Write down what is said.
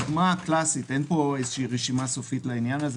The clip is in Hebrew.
הדוגמה הקלסית שיכולה להיות אין פה איזו רשימה סופית לעניין הזה